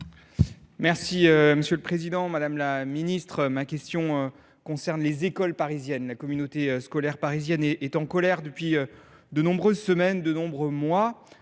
et de la recherche. Madame la ministre, ma question concerne les écoles parisiennes. En effet, communauté scolaire parisienne est en colère depuis de nombreuses semaines, de nombreux mois.